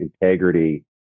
integrity